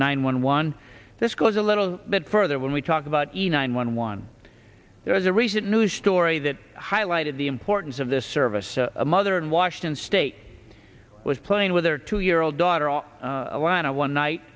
nine one one this goes a little bit further when we talk about a nine one one there was a recent news story that highlighted the importance of this service a mother in washington state was playing with her two year old daughter all alone a one night